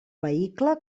vehicle